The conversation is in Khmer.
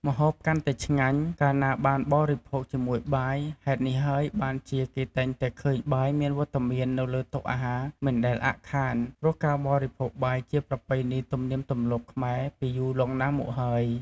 ម្ហូបកាន់តែឆ្ងាញ់ កាលណាបានបរិភោគជាមួយបាយ ហេតុនេះហើយបានជា គេតែងតែឃើញបាយមានវត្តមាននៅលើតុអាហារមិនដែលអាក់ខាន ព្រោះការបរិភោគបាយជាប្រពៃណីទំនៀមទម្លាប់ខ្មែរពីយូរលង់ណាស់មកហើយ។